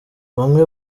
bamwe